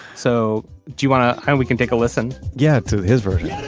so do you want to, we can take a listen yeah, to his version.